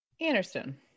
Anderson